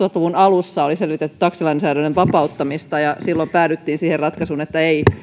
luvun alussa oli selvitetty taksilainsäädännön vapauttamista ja silloin päädyttiin siihen ratkaisuun että ei